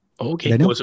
okay